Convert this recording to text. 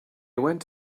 went